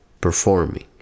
performing